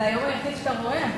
זה היום היחיד שאתה רואה.